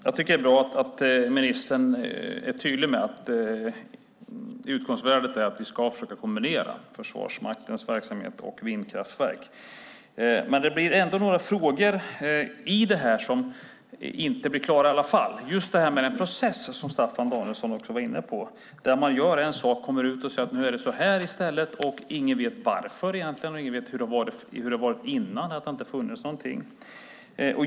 Fru talman! Det är bra att ministern är tydlig med att utgångspunkten är att vi ska försöka kombinera Försvarsmaktens verksamhet och vindkraftverk. Ändå är det några frågor i detta som inte blir klarlagda. Det gäller till exempel det här med processen, som också Staffan Danielsson var inne på: Man gör en sak, kommer ut och säger att nu är det så här i stället och ingen vet egentligen varför och hur det har varit innan. Det har inte funnits någonting.